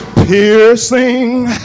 piercing